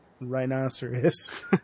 rhinoceros